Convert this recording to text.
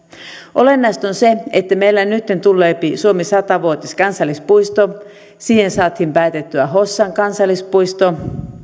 olennaista on se että meille nyt tulee suomen satavuotiskansallispuisto siihen saatiin päätettyä hossan kansallispuisto